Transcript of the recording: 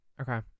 Okay